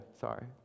sorry